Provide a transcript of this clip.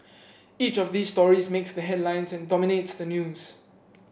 each of these stories makes the headlines and dominates the news